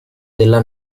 della